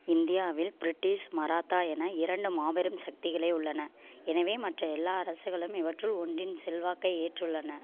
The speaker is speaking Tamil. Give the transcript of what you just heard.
இந்தியாவில் பிரிட்டிஷ் மராத்தா என இரண்டு மாபெரும் சக்திகளே உள்ளன எனவே மற்ற எல்லா அரசுகளும் இவற்றுள் ஒன்றின் செல்வாக்கை ஏற்றுள்ளன